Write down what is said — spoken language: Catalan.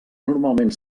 normalment